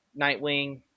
Nightwing